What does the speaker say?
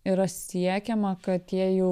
yra siekiama kad tie jau